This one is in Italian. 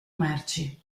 merci